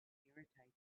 irritated